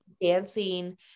dancing